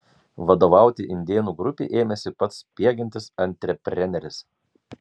vadovauti indėnų grupei ėmėsi pats spiegiantis antrepreneris